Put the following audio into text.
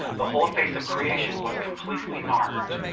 the whole face of creation was completely marred.